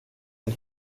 and